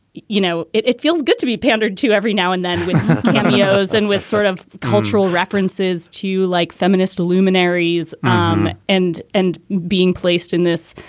you know, it it feels good to be pandered to every now and then he goes and with sort of cultural references to like feminist luminaries um and and being placed in this,